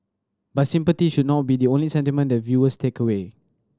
but sympathy should not be the only sentiment that viewers take away